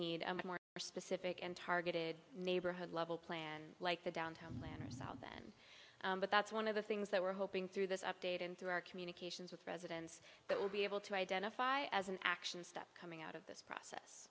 need more specific and targeted neighborhood level plan like the downtown planners out then but that's one of the things that we're hoping through this update and through our communications with residents that will be able to identify as an action stop coming out of this process